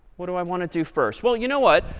what do i want to do first? well, you know what,